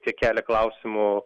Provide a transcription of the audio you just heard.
čia kelia klausimų